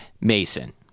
Mason